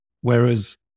whereas